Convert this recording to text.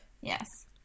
Yes